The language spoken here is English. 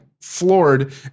floored